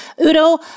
Udo